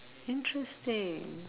interesting